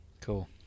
Cool